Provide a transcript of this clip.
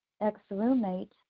ex-roommate